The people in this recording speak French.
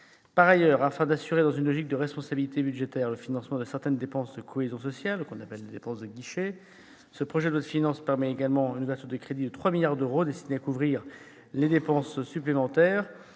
Par ailleurs, afin d'assurer, dans une logique de responsabilité budgétaire, le financement de certaines dépenses de cohésion sociale, dites « dépenses de guichet », ce projet de loi de finances permet également une ouverture de crédits de 3 milliards d'euros, destinée à couvrir les dépenses supplémentaires,